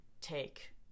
take